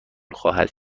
خواهد